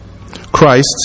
Christ